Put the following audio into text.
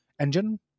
engine